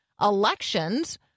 elections